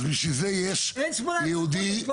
אז בשביל זה יש --- אין 18 חודשים.